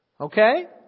Okay